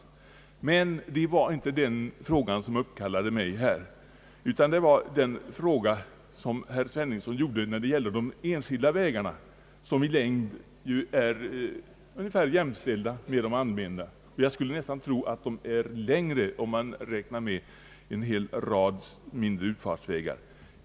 Emellertid var det inte denna fråga som uppkallade mig, utan det var den fråga herr Sveningsson gjorde om de enskilda vägarna, som i längd ju är ungefär jämställda med de allmänna. Jag skulle nästan tro att de enskilda vägarna är längre, om man räknar med en rad mindre utfartsvägar.